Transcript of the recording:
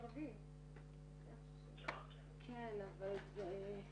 ואני שמח במובן הזה שזה אומר שמצטרפים אליה